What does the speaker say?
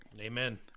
Amen